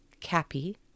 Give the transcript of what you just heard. Cappy